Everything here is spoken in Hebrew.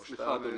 סליחה, אדוני.